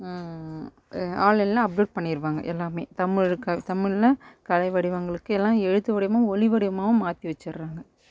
ஆன்லைனில் அப்லோட் பண்ணிடுவாங்க எல்லாமே தமிழுக்கு தமிழ்னால் கலை வடிவங்களுக்கு எல்லாம் எழுத்து வடிவமாக ஒளி வடிவமாகவும் மாற்றி வச்சுர்றாங்க